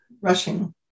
rushing